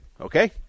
Okay